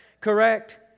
correct